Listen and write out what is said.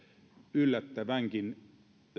yllättävänkin